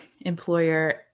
employer